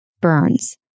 burns